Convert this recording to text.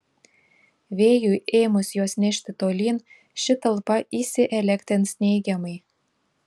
vėjui ėmus juos nešti tolyn ši talpa įsielektrins neigiamai